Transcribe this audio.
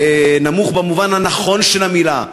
נמוך במובן הנכון של המילה.